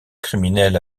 criminel